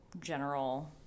general